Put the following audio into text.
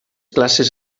classes